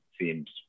seems